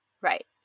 right